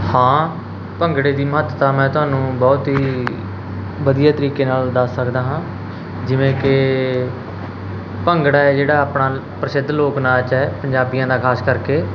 ਹਾਂ ਭੰਗੜੇ ਦੀ ਮਹੱਤਤਾ ਮੈਂ ਤੁਹਾਨੂੰ ਬਹੁਤ ਹੀ ਵਧੀਆ ਤਰੀਕੇ ਨਾਲ ਦੱਸ ਸਕਦਾ ਹਾਂ ਜਿਵੇਂ ਕਿ ਭੰਗੜਾ ਹੈ ਜਿਹੜਾ ਆਪਣਾ ਪ੍ਰਸਿੱਧ ਲੋਕ ਨਾਚ ਹੈ ਪੰਜਾਬੀਆਂ ਦਾ ਖ਼ਾਸ ਕਰਕੇ